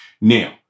Now